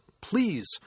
please